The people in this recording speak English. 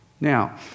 Now